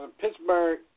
Pittsburgh